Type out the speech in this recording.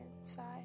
inside